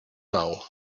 now